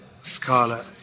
Scarlet